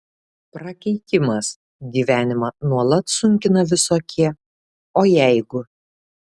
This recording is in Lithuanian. prakeikimas gyvenimą nuolat sunkina visokie o jeigu